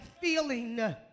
feeling